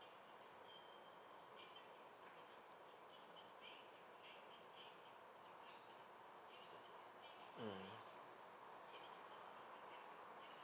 mm